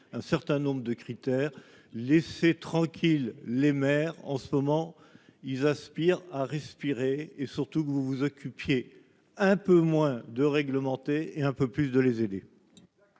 un certain nombre de critères laisser tranquille les mères en ce moment, ils aspirent à respirer et surtout que vous vous occupiez un peu moins de réglementer et un peu plus de les aider.